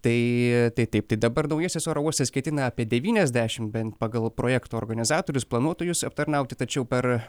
tai tai taip tai dabar naujasis oro uostas ketina apie devyniasdešim bent pagal projekto organizatorius planuotojus aptarnauti tačiau per